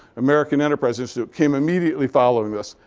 american enterprise institute came immediately following this.